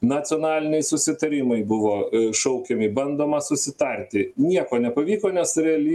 nacionaliniai susitarimai buvo šaukiami bandoma susitarti nieko nepavyko nes realy